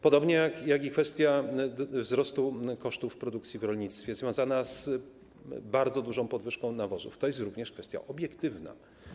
Podobnie kwestia wzrostu kosztów produkcji w rolnictwie, związana z bardzo dużą podwyżką cen nawozów, jest również kwestią obiektywną.